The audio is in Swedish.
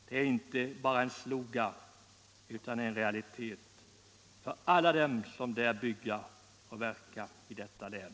Det är inte bara en slogan utan en realitet för alla dem som bygger och verkar i detta län.